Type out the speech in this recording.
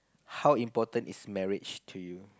how important is marriage to you